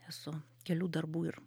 esu kelių darbų ir